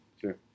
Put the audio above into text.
Sure